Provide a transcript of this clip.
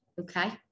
Okay